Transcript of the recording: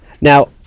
Now